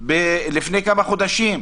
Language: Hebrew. לפני כמה חודשים,